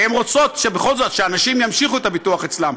והן בכל זאת רוצות שאנשים ימשיכו את הביטוח אצלן.